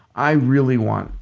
i really want.